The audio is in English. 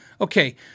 Okay